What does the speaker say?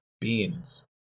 Beans